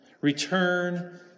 Return